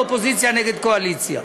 ואופוזיציה נגד קואליציה.